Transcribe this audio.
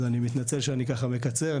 אז אני מתנצל שאני ככה מקצר.